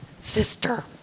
sister